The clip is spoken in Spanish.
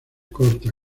corta